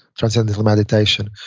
transcendental meditation,